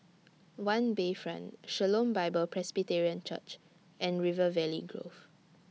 O U E Bayfront Shalom Bible Presbyterian Church and River Valley Grove